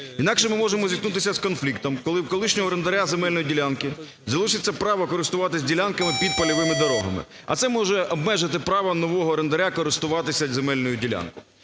Інакше ми можемо зіткнутися з конфліктом, коли в колишнього орендаря земельної ділянки залишиться право користуватися ділянками під польовими дорогами, а це може обмежити право нового орендаря користуватися земельною ділянкою.